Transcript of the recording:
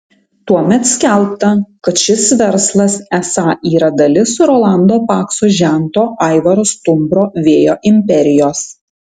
tuomet skelbta kad šis verslas esą yra dalis rolando pakso žento aivaro stumbro vėjo imperijos